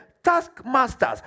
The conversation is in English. taskmasters